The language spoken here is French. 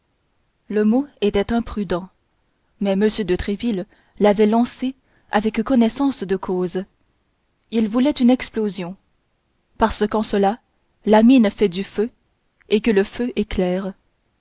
le mot était imprudent mais m de tréville l'avait lancé avec connaissance de cause il voulait une explosion parce qu'en cela la mine fait du feu et que le feu éclaire